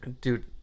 Dude